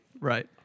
Right